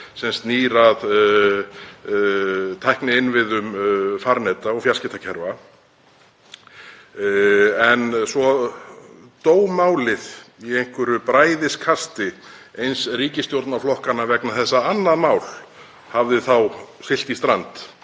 sem snýr að tækninnviðum farneta og fjarskiptakerfa. En svo dó málið í einhverju bræðiskasti eins ríkisstjórnarflokkanna vegna þess að annað mál hafði þá siglt í strand